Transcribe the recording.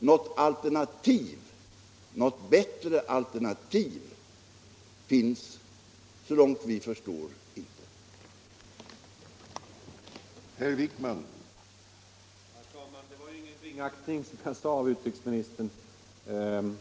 Något bättre — Nr 110 alternativ finns såvitt vi förstår inte. Tisdagen den